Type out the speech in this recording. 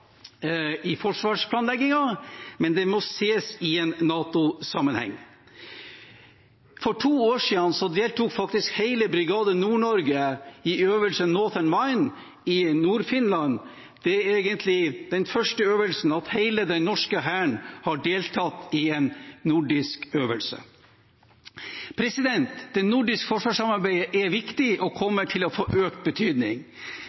i forsvarsplanleggingen, men det må ses i en NATO-sammenheng. For to år siden deltok faktisk hele Brigade Nord i øvelsen Northern Wind i Nord-Finland. Det er egentlig den første øvelsen der hele den norske hæren har deltatt i en nordisk øvelse. Det nordiske forsvarssamarbeidet er viktig og kommer til å få økt betydning.